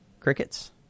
crickets